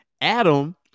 Adam